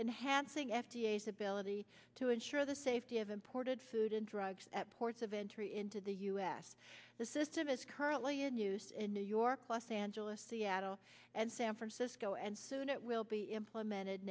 in hansing f d a s ability to ensure the safety of imported food and drugs at ports of entry into the u s the system is currently in use in new york los angeles seattle and san francisco and soon it will be implemented